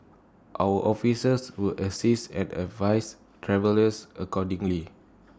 our officers will assist and advise travellers accordingly